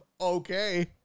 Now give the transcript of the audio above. okay